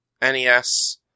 NES